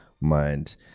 mind